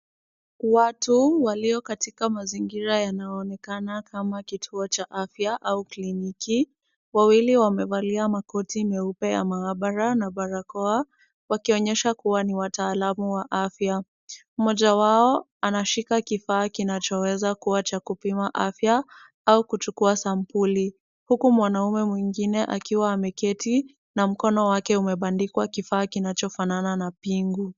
Watu walio katika mazingira yanayoonekana kama kituo cha afya au kliniki, wawili wamevalia makoti meupe ya maabara na barakoa, wakionyesha kuwa ni wataalamu wa afya. Mmoja wao anashika kifaa kinachoweza kuwa cha kupima afya au kuchukua sampuli, huku mwanaume mwingine akiwa ameketi na mkono wake umebandikwa kifaa kinachofanana na pingu.